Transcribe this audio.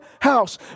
house